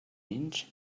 inch